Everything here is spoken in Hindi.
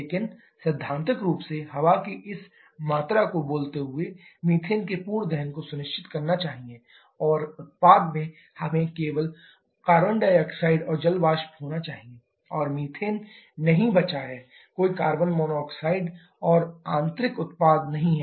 लेकिन सैद्धांतिक रूप से हवा की इस मात्रा को बोलते हुए मीथेन के पूर्ण दहन को सुनिश्चित करना चाहिए और उत्पाद में हमें केवल कार्बन डाइऑक्साइड और जल वाष्प होना चाहिए कोई मीथेन नहीं बचा है कोई कार्बन मोनोऑक्साइड और आंतरायिक उत्पाद नहीं है